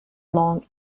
long